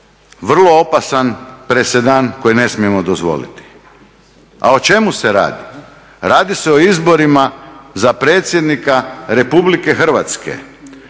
vrlo opasan presedan koji ne smijemo dozvoliti. A o čemu se radi? Radi se o izborima za predsjednika RH o kojem